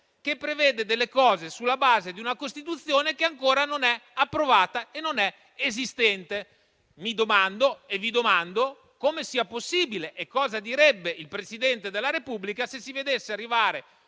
che prevede cose sulla base di una Costituzione che ancora non è stata approvata e non è esistente. Mi domando e vi domando come sia possibile e cosa direbbe il Presidente della Repubblica, se si vedesse arrivare